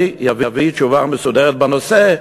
אני אביא תשובה מסודרת בנושא,